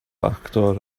actor